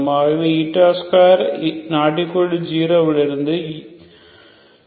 ஆகவே 2≠0 இதில் இருந்து uηη0